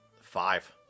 five